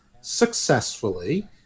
successfully